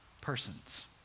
persons